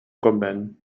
convent